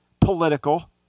political